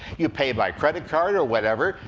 you pay by credit card or whatever,